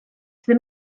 ddim